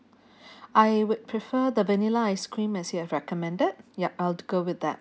I would prefer the vanilla ice cream as you have recommended yup I'll go with that